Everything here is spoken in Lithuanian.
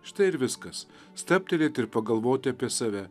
štai ir viskas stabtelėti ir pagalvoti apie save